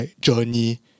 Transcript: journey